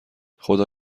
خدا